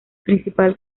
principal